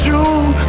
June